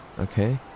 okay